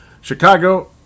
Chicago